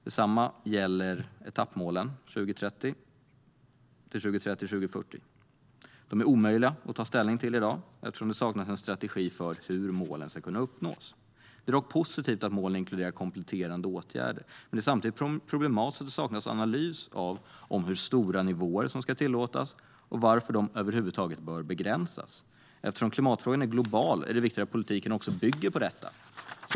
Detsamma gäller etappmålen till 2030 och 2040. De är omöjliga att ta ställning till i dag, eftersom det saknas en strategi för hur målen ska kunna uppnås. Det är dock positivt att målen inkluderar kompletterande åtgärder. Men det är samtidigt problematiskt och saknas analys av hur stora nivåer som ska tillåtas och varför de över huvud taget bör begränsas. Eftersom klimatfrågan är global är det viktigt att politiken bygger på detta.